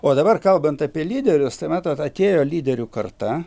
o dabar kalbant apie lyderius tai matot atėjo lyderių karta